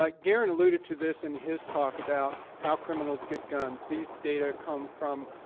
like garen alluded to this in his talk about how criminals get guns. these data come from